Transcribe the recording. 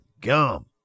gum